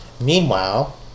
Meanwhile